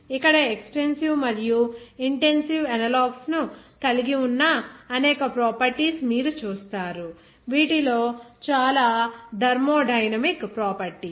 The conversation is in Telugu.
ఇక్కడ ఎక్సటెన్సివ్ మరియు ఇంటెన్సివ్ అనాలోగ్స్ ను కలిగి ఉన్న అనేక ప్రాపర్టీస్ మీరు చూస్తారు వీటిలో చాలా థర్మోడైనమిక్ ప్రాపర్టీస్